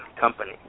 company